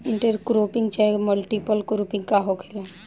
Inter cropping चाहे multiple cropping का होखेला?